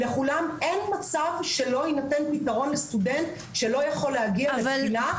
אין מצב שלא יינתן פתרון לסטודנט שלא יכול להגיע לבחינה.